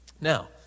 Now